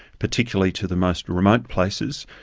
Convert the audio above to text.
particularly to the most remote places,